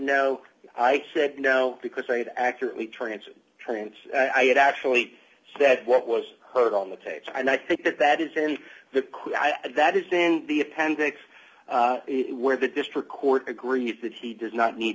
no i said no because they'd accurately transit trains i had actually said what was heard on the tapes and i think that that is in the eye and that is in the appendix it where the district court agreed that he does not need